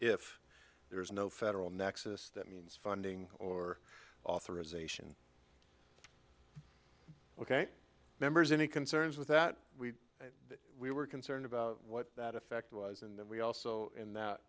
if there is no federal nexus that means funding or authorization ok members any concerns with that we that we were concerned about what that effect was and then we also in that